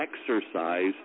exercise